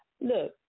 Look